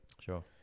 Sure